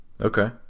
Okay